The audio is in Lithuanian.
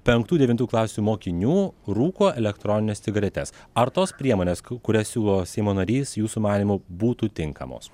penktų devintų klasių mokinių rūko elektronines cigaretes ar tos priemonės kurias siūlo seimo narys jūsų manymu būtų tinkamos